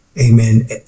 amen